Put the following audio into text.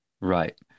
Right